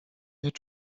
had